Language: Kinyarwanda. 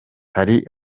hari